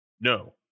No